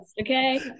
Okay